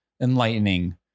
Enlightening